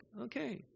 okay